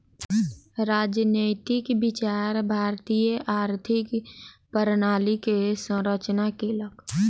राजनैतिक विचार भारतीय आर्थिक प्रणाली के संरचना केलक